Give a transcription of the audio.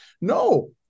no